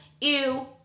Ew